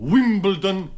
Wimbledon